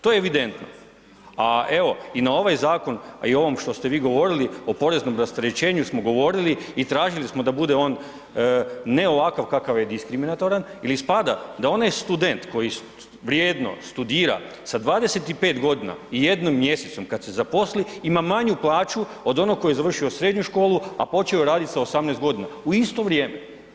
To je evidentno, a evo, i na ovaj zakon i ovom što ste vi govorili, o poreznom rasterećenju smo govorili i tražili smo da bude on ne ovakav kakav je, diskriminatoran, jer ispada da onaj student koji vrijedno studira sa 25 g. i jednim mjesecom, kad se zaposli, ima manju plaću od onoga koji je završio srednju školu, a počeo je raditi sa 18 g., u isto vrijeme.